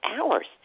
hours